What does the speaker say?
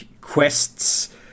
quests